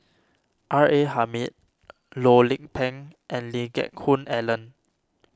R A Hamid Loh Lik Peng and Lee Geck Hoon Ellen